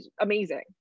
amazing